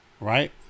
right